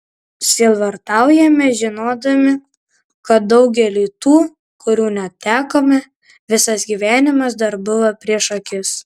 sielvartaujame žinodami kad daugeliui tų kurių netekome visas gyvenimas dar buvo prieš akis